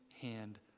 hand